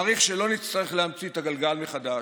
אני מעריך שלא נצטרך להמציא את הגלגל מחדש,